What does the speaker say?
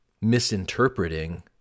misinterpreting